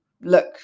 look